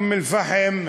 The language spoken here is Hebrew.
את אום-אלפחם,